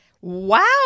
Wow